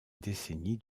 décennie